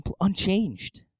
unchanged